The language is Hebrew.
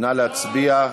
נא להצביע.